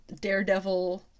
Daredevil